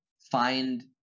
find